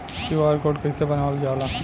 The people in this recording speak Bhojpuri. क्यू.आर कोड कइसे बनवाल जाला?